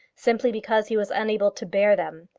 simply because he was unable to bear them.